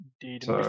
Indeed